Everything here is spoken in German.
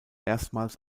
erstmals